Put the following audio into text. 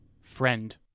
Friend